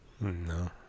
No